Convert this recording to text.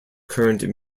current